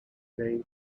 named